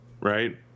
right